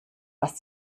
was